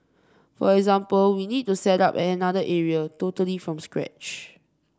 for example we need to set up at another area totally from scratch